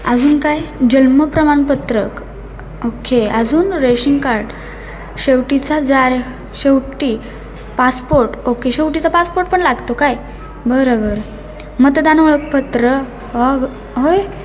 अजून काय जन्मप्रमाणपत्रक ओके अजून रेशिंग कार्ड शेवटचा जारी शेवटी पासपोर्ट ओके शेवटचा पासपोर्ट पण लागतो काय बरं बरं मतदान ओळखपत्र होय